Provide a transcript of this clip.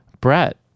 brett